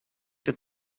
that